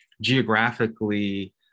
geographically